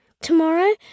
Tomorrow